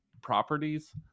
properties